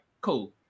cool